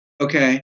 Okay